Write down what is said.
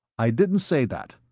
i didn't say that.